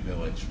village